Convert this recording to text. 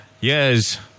yes